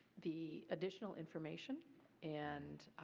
the additional information and